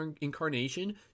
incarnation